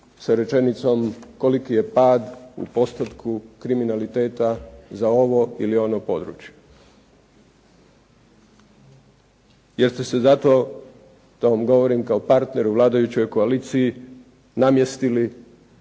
sa rečenicom koliki je pad u postotku kriminaliteta za ovo ili ono područje. Jer ste se zato, to vam govorim kao partner u vladajućoj koaliciji namjestili